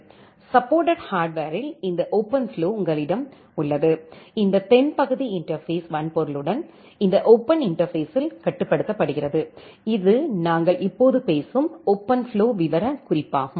supported ஹார்ட்வரில் இந்த OpenFlow உங்களிடம் உள்ளது இந்த தென்பகுதி இன்டர்பேஸ் வன்பொருளுடன் இந்த ஓபன் இன்டர்பேஸ்ஸில் கட்டுப்படுத்தப்படுகிறது இது நாங்கள் இப்போது பேசும் ஓபன்ஃப்ளோ விவரக்குறிப்பாகும்